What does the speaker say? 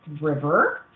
river